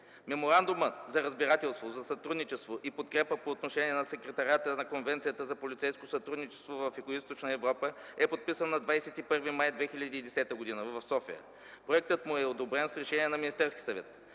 Меморандумът за разбирателство за сътрудничество и подкрепа по отношение на Секретариата на Конвенцията за полицейско сътрудничество в Югоизточна Европа е подписан на 21 май 2010 г. в София. Проектът му е одобрен с решение на Министерския съвет.